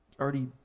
already